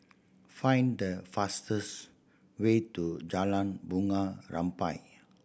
find the fastest way to Jalan Bunga Rampai